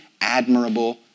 admirable